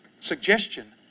suggestion